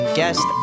guest